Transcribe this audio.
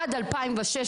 עד 2016,